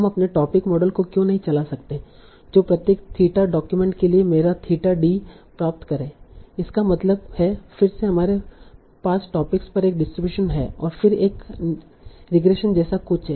हम अपने topic model को क्यों नहीं चला सकते हैं जो प्रत्येक थीटा डॉक्यूमेंट के लिए मेरा थीटा d प्राप्त करें इसका मतलब है फिर से हमारे पास टॉपिक्स पर एक डिस्ट्रीब्यूशन है और फिर एक रिग्रेशन जैसा कुछ है